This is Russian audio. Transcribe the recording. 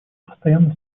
постоянно